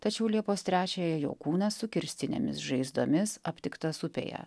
tačiau liepos trečiąją jo kūnas su kirstinėmis žaizdomis aptiktas upėje